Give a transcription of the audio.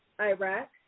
Iraq